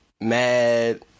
Mad